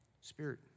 Spirit